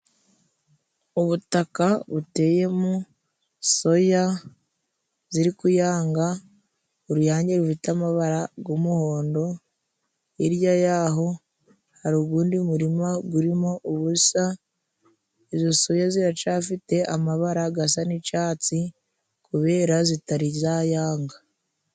Ubutaka buteyemo soya ziri kuyanga uruyange rufite amabara g'umuhondo, hirya y'aho hari ugundi murima gurimo ubusa, izo soya ziracafite amabara gasa n'icatsi kubera zitari zayanga.